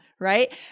right